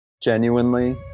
genuinely